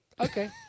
Okay